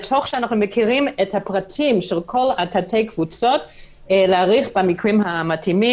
אנחנו מכירים את הפרטים של כל תתי-הקבוצות כדי להאריך במקרים המתאימים,